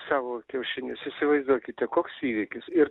savo kiaušinius įsivaizduokite koks įvykis ir